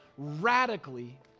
radically